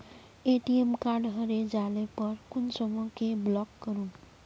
ATM card हरे जाले पर कुंसम के ब्लॉक करूम?